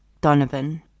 Donovan